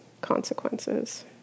consequences